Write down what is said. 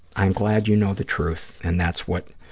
i'm glad you know the truth, and that's what,